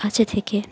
কাছে থেকে